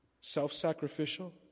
self-sacrificial